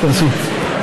תיכנסו.